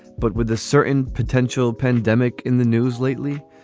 but with a certain potential pandemic in the news lately,